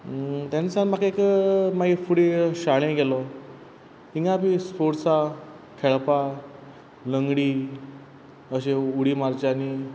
तेन्ना सावन म्हाका एक फुडें शाळें गेलो तिंगा बी स्पोर्ट्सां खेळपा लंगडी अशे उडी मारच्यांनी